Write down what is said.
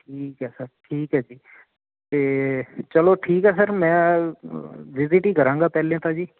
ਠੀਕ ਹੈ ਸਰ ਠੀਕ ਹੈ ਜੀ ਅਤੇ ਚਲੋ ਠੀਕ ਹੈ ਸਰ ਮੈਂ ਵਿਜਿਟ ਹੀ ਕਰਾਂਗਾ ਪਹਿਲਾਂ ਤਾਂ ਜੀ